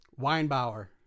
Weinbauer